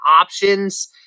options